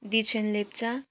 Dichen Lepcha